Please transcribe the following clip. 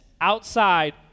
outside